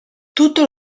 tutto